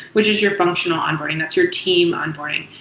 which is your functional onboarding. that's your team onboarding.